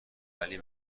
ولی